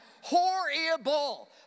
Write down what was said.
horrible